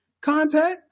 contact